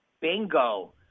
bingo